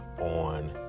on